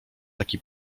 taki